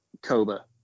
Cobra